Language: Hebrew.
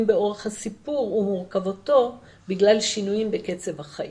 באורך הסיפור ומורכבותו בגלל שינויים בקצב החיים.